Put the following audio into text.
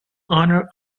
honor